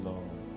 Lord